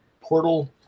portal